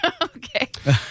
okay